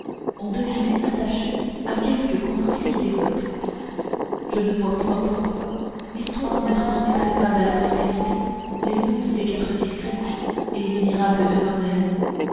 on devinait attachées à quelque confrérie dévote je ne vois point pourquoi l'histoire ne transmettrait pas à la postérité les noms de ces quatre discrètes et vénérables demoiselles